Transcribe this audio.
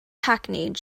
hackneyed